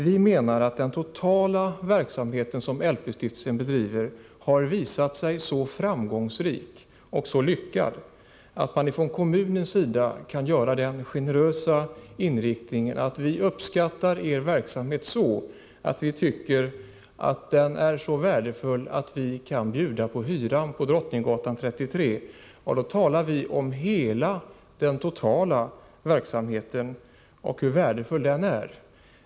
Vi menar att den totala verksamhet som LP-stiftelsen bedriver har visat sig så framgångsrik och så lyckad att man från kommunens sida kan vara så generös att man säger, att man uppskattar verksamheten och anser den så värdefull att kommunen kan bjuda på hyran för fastigheten Drottninggatan 33; Då talar vi om hela verksamheten och hur värdefull den är.